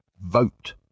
vote